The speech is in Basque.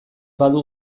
badu